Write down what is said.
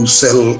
sell